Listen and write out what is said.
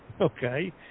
okay